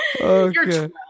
Okay